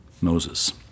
Moses